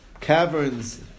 caverns